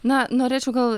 na norėčiau gal